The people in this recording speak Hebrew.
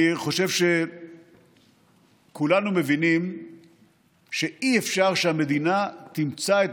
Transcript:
אני חושב שכולנו מבינים שאי-אפשר שהמדינה תמצא את